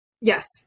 Yes